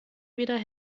wieder